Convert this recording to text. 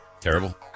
Terrible